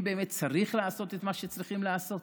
האם באמת צריך לעשות את מה שצריכים לעשות.